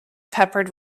peppered